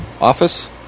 Office